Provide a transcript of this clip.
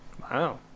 Wow